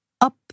up